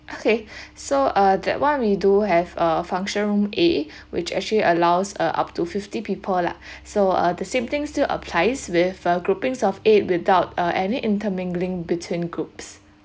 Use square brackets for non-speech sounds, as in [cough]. okay [breath] so uh that one we do have a function room a [breath] which actually allows uh up to fifty people lah [breath] so uh the same thing still applies with a groupings of eight without uh any intermingling between groups